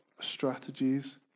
strategies